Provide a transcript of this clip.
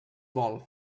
vol